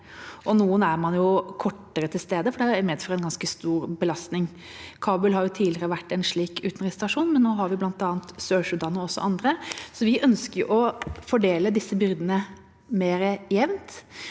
noen er man kortere til stede på, fordi det medfører en ganske stor belastning. Kabul har tidligere vært en slik utenriksstasjon, men nå har vi bl.a. Sør-Sudan og også andre. Vi ønsker å fordele disse byrdene mer jevnt,